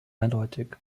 eindeutig